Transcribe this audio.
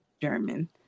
German